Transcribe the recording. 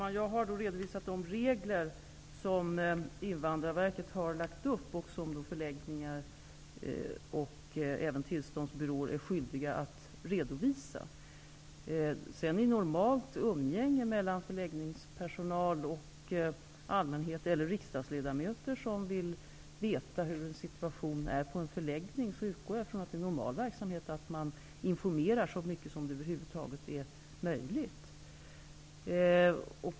Fru talman! Jag har redovisat de regler som Invandrarverket har fastställt, vilka förläggningar och även tillståndsbyråer är skyldiga att redovisa. Vid normalt umgänge mellan förläggningspersonal och allmänhet, eller riksdagsledamöter som vill veta hur en situation är på en förläggning, utgår jag från att det är normal verksamhet att informera så mycket som det över huvud taget är möjligt.